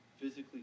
physically